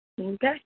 Okay